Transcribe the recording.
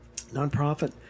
Nonprofit